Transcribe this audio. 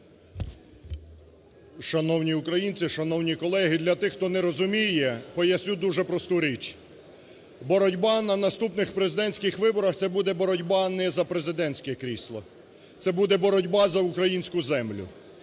Шановні українці, шановні колеги! Для тих, хто не розуміє, поясню дуже просту річ. Боротьба на наступних президентських виборах – це боротьба не за президентське крісло, це буде боротьба за українську землю.